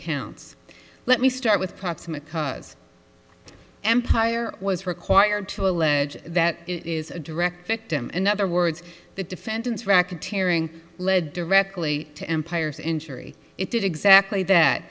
counts let me start with proximate cause empire was required to allege that it is a direct victim in other words the defendants racketeering led directly to empires injury it did exactly that